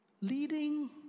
leading